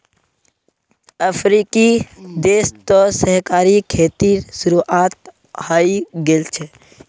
अफ्रीकी देश तो सहकारी खेतीर शुरुआत हइ गेल छ